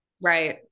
Right